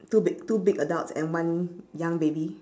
two big two big adults and one young baby